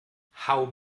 hau